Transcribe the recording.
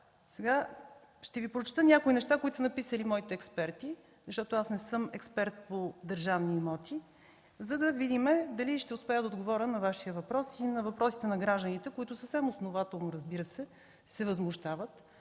Ще Ви прочета някои неща, които са написали моите експерти, защото аз не съм експерт по държавни имоти, за да видим дали ще успея да отговоря на Вашия въпрос и на въпросите на гражданите, които съвсем основателно, разбира се, се възмущават,